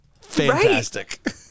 Fantastic